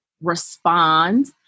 respond